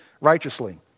righteously